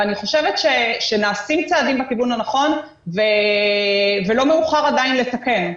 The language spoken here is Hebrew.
ואני חושבת שנעשים צעדים בכיוון הנכון ולא מאוחר עדין לתקן.